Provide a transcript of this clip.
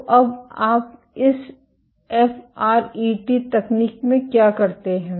तो अब आप इस एफआरईटी तकनीक में क्या करते हैं